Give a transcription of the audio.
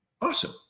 Awesome